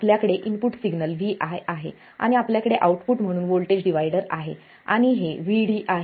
आपल्याकडे input signal Vi आहे आणि आपल्याकडे आउटपुटमधून व्होल्टेज डिवाइडर आहे आणि हे Vd आहे